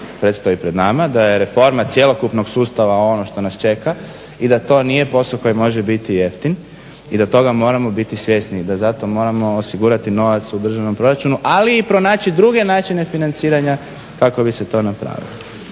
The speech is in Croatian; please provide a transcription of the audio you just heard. predstoji pred nama, da je reforma cjelokupnog sustava ono što nas čeka i da to nije posao koji može biti jeftin i da toga moramo biti svjesni i da za to moramo osigurati novac u državnom proračunu ali i pronaći druge načine financiranja kako bi se to napravilo.